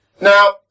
Now